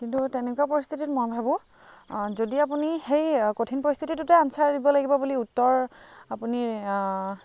কিন্তু তেনেকুৱা পৰিস্থিতিত মই ভাবোঁ যদি আপুনি সেই কঠিন পৰিস্থিতিটোতে আন্ছাৰ দিব লাগিব বুলি উত্তৰ আপুনি